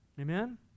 Amen